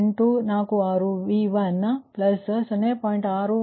3846 V1 plus 0